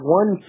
one